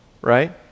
right